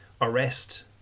arrest